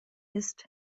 ist